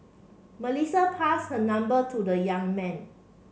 Melissa pass her number to the young man